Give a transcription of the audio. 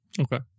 Okay